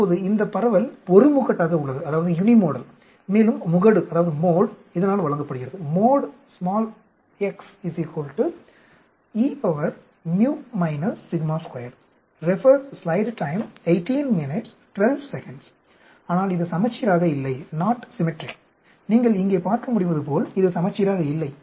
இப்போது இந்த பரவல் ஒருமுகட்டாக உள்ளது மேலும் முகடு இதனால் வழங்கப்படுகிறது ஆனால் இது சமச்சீராக இல்லை நீங்கள் இங்கே பார்க்க முடிவதுபோல் இது சமச்சீராக இல்லை